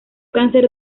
cáncer